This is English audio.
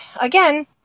again